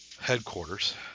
headquarters